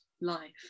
life